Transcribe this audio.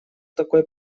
такой